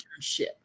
internship